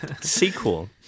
sequel